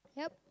yup